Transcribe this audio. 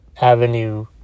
avenue